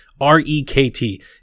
R-E-K-T